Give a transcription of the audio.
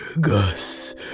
Gus